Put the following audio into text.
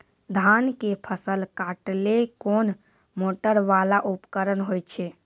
धान के फसल काटैले कोन मोटरवाला उपकरण होय छै?